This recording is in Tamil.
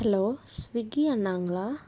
hello Swiggy அண்ணாங்களா